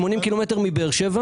80 קילומטר מבאר שבע